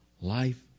life